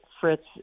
Fritz